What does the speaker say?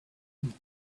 and